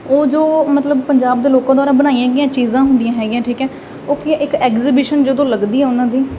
ਉਹ ਜੋ ਮਤਲਬ ਪੰਜਾਬ ਦੇ ਲੋਕਾਂ ਦੁਆਰਾ ਬਣਾਈਆਂ ਗਈਆਂ ਚੀਜ਼ਾਂ ਹੁੰਦੀਆਂ ਹੈਗੀਆਂ ਠੀਕ ਐ ਉਹ ਇੱਕ ਐਗਜੀਬਿਸ਼ਨ ਜਦੋਂ ਲੱਗਦੀ ਉਹਨਾਂ ਦੀ